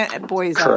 boys